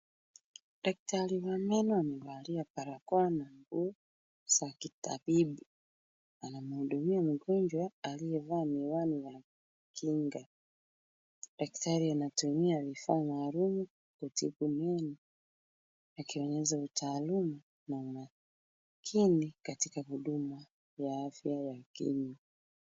Daktari wa meno amevalia barakoa na nguo za kitabibu anamhudumia mgonjwa aliyevaa miwani ya kinga. Daktari anatumia vifaa maalum kutibu meno akionyesha utaaluma na umakini katika huduma ya afya ya kinywa.